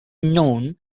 known